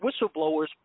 whistleblowers